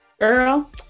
Girl